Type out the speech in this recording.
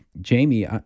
Jamie